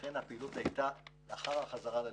ולכן הפעילות הייתה לאחר החזרה ללימודים.